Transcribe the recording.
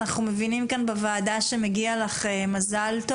אנחנו מבינים כאן בוועדה שמגיע לך מזל.